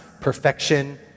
perfection